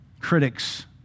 critics